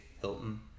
Hilton